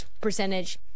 percentage